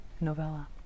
novella